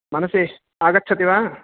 मनसि आगच्छति वा